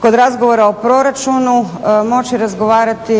kod razgovora o proračunu moći razgovarati